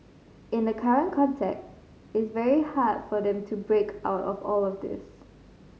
in the current context it's very hard for them to break out of all this